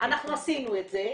אנחנו עשינו את זה.